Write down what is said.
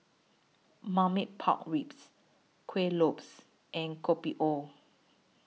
Marmite Pork Ribs Kueh Lopes and Kopi O